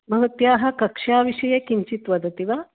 भवत्याः कक्षाविषये किञ्चित् वदति वा